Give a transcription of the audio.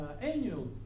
annual